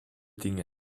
dinge